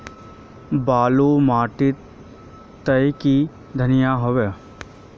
बाली माटी तई की धनिया होबे?